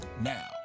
Now